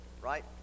right